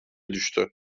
düştü